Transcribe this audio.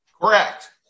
Correct